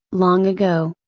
long ago.